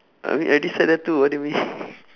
I mean I already said that too what do you mean